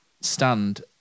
stand